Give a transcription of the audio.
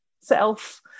self